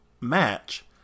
match